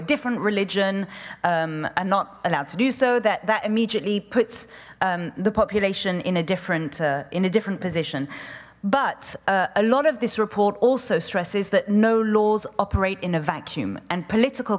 different religion and not allowed to do so that that immediately puts the population in a different in a different position but a lot of this report also stresses that no laws operate in a vacuum and political